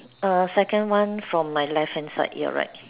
err second one from my left hand side ya right